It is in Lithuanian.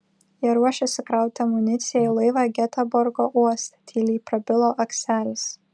jie ruošėsi krauti amuniciją į laivą geteborgo uoste tyliai prabilo akselis